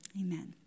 amen